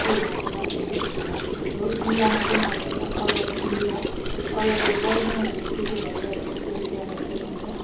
त्यो भाषामा हामीले हाम्रो जिल्ला मात्रै नभएर all over India all over वर्ल्डमै हाम्रो के के भइरहेको छ त्यो चाहिँ त्यानिर देखाउँछ